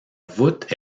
voûte